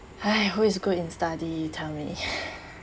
who is good in study you tell me